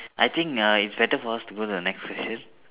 I think err it is better for us to go to the next question